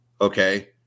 Okay